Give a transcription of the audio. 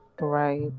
right